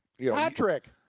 Patrick